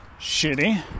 shitty